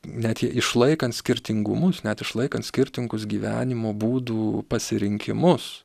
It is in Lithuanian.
net išlaikant skirtingumus net išlaikant skirtingus gyvenimo būdų pasirinkimus